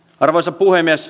arvoisa puhemies